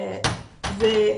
לספר סיפור.